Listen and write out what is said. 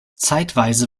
zeitweise